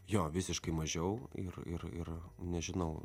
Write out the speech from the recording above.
jo visiškai mažiau ir ir ir nežinau